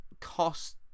Cost